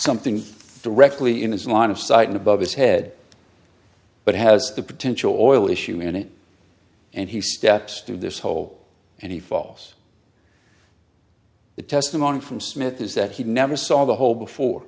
something directly in his line of sight and above his head but has the potential oil issue in it and he steps through this hole and evolves the testimony from smith is that he never saw the hole before